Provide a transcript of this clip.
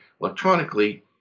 electronically